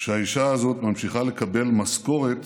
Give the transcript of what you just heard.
שהאישה הזאת ממשיכה לקבל משכורת